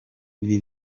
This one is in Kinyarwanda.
ibi